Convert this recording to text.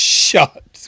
shut